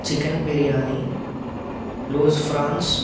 chicken biryani loose prawns